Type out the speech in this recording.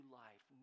life